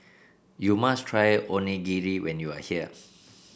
you must try Onigiri when you are here